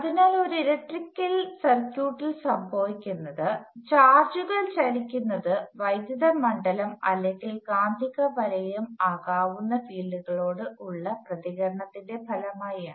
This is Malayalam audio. അതിനാൽ ഒരു ഇലക്ട്രിക്കൽ സർക്യൂട്ടിൽ സംഭവിക്കുന്നത് ചാർജുകൾ ചലിക്കുന്നത് വൈദ്യുത മണ്ഡലം അല്ലെങ്കിൽ കാന്തികവലയം ആകാവുന്ന ഫീൽഡുകളോട് ഉള്ള പ്രതികരണത്തിന്റെ ഫലമായാണ്